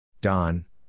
Don